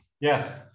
Yes